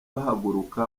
bahaguruka